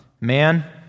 man